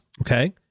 okay